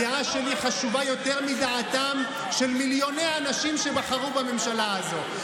הדעה שלי חשובה יותר מדעתם של מיליוני אנשים שבחרו בממשלה הזו,